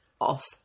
off